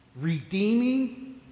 redeeming